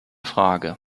frage